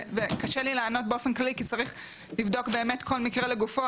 וקשה לי לענות באופן כללי כי צריך לבדוק באמת כל מקרה לגופו,